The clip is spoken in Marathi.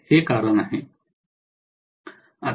हे कारण आहे